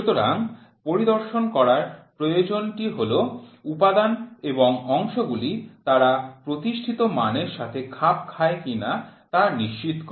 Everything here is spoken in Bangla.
সুতরাং পরিদর্শন করার প্রয়োজনটি হল উপাদান এবং অংশগুলি তারা প্রতিষ্ঠিত মানের সাথে খাপ খায় কিনা তা নিশ্চিত করা